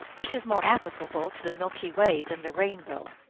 which is more applicable to the milky way than the rainbow.